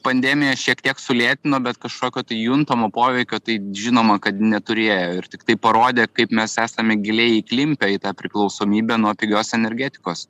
pandemija šiek tiek sulėtino bet kažkokio tai juntamo poveikio tai žinoma kad neturėjo ir tiktai parodė kaip mes esame giliai įklimpę į tą priklausomybę nuo pigios energetikos